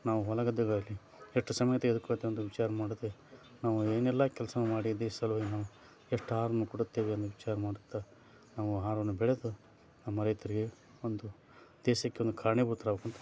ನಾವು ಹೊಲ ಗದ್ದೆಗಳಲ್ಲಿ ಎಷ್ಟು ಸಮಯ ತೆಗೆದುಕೊಳ್ಳುತ್ತೇವೆ ಎಂದು ವಿಚಾರ ಮಾಡದೇ ನಾವು ಏನೆಲ್ಲ ಕೆಲಸವನ್ನು ಮಾಡಿ ದೇಶದ ಸಲುವಾಗಿ ನಾವು ಎಷ್ಟು ಆಹಾರವನ್ನು ಕೊಡುತ್ತೇವೆ ಎಂದು ವಿಚಾರ ಮಾಡುತ್ತ ನಾವು ಆಹಾರವನ್ನು ಬೆಳೆದು ನಮ್ಮ ರೈತರಿಗೆ ಒಂದು ದೇಶಕ್ಕೆ ಒಂದು ಕಾರಣೀಭೂತರಾಗಬೇಕು ಅಂತ